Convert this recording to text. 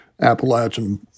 Appalachian